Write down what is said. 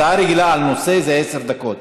הצעה רגילה בנושא זה עשר דקות.